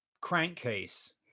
crankcase